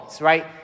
right